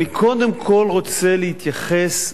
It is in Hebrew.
אני קודם כול רוצה להתייחס,